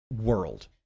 world